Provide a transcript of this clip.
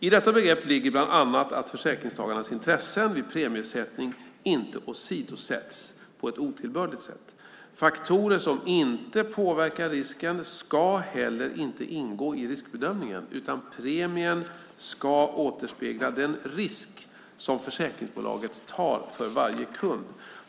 I detta begrepp ligger bland annat att försäkringstagarnas intressen vid premiesättning inte åsidosätts på ett otillbörligt sätt. Faktorer som inte påverkar risken ska heller inte ingå i riskbedömningen, utan premien ska återspegla den risk som försäkringsbolaget tar för varje kund.